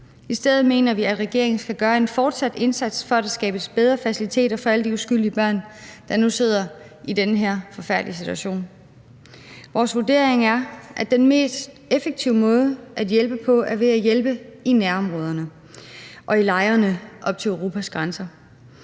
I stedet mener vi, at regeringen forsat skal gøre en indsats for, at der skabes bedre faciliteter for alle de uskyldige børn, der nu sidder i den her forfærdelige situation. Vores vurdering er, at den mest effektive måde at hjælpe på er at hjælpe i nærområderne og i lejrene op til Europas grænser.